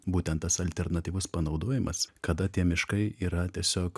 būtent tas alternatyvus panaudojimas kada tie miškai yra tiesiog